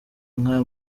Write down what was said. nka